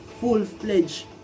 full-fledged